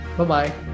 Bye-bye